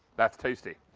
that tasty.